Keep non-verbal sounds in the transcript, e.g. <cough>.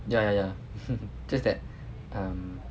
ya ya ya <laughs> just that um